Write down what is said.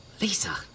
Lisa